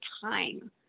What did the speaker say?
time